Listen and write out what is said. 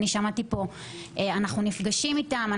אני שמעתי פה: "אנחנו נפגשים איתם",